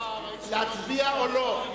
להצביע או לא?